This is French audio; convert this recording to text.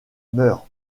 meurt